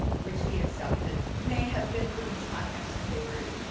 which he accepted may have been through his contacts in beirut.